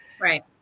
Right